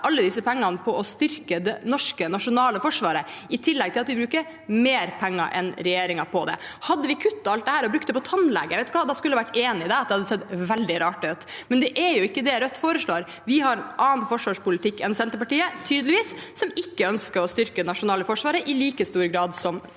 alle disse pengene på å styrke det norske, nasjonale forsvaret, i tillegg til at vi bruker mer penger enn regjeringen på det. Hadde vi kuttet alt dette og brukt det på tannlege, hadde jeg vært enig i at det hadde sett veldig rart ut, men det er ikke det Rødt foreslår. Vi har tydeligvis en annen forsvarspolitikk enn Senterpartiet, som ikke ønsker å styrke det nasjonale forsvaret i like stor grad som Rødt